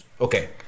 Okay